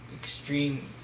extreme